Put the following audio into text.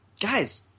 guys